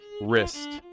wrist